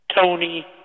Tony